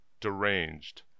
deranged